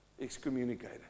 excommunicated